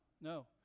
no